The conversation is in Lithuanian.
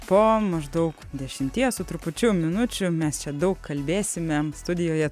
po maždaug dešimties su trupučiu minučių mes čia daug kalbėsime studijoje